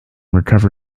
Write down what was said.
recover